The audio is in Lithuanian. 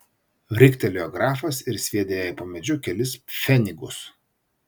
riktelėjo grafas ir sviedė jai po medžiu kelis pfenigus